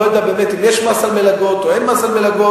לא יודע באמת אם יש מס על מלגות או אין מס על מלגות,